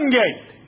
gate